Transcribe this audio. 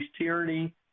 tyranny